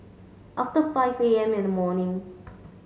after five A M in the morning